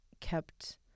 kept